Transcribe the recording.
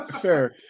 Fair